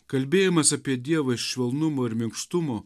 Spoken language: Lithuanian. kalbėjimas apie dievą iš švelnumo ir minkštumo